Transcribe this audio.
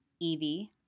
Evie